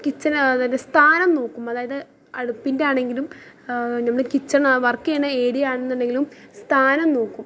kitchen അതൊരു സ്ഥാനം നോക്കും അതായത് അടുപ്പിൻ്റെ ആണെങ്കിലും നമ്മൾ കിച്ചണ് വർക്ക് ചെയ്യുന്ന ഏരിയ ആണെന്നുണ്ടെങ്കിലും സ്ഥാനം നോക്കും